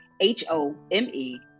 H-O-M-E